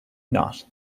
not